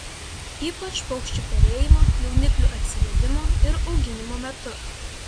ypač paukščių perėjimo jauniklių atsivedimo ir auginimo metu